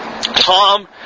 Tom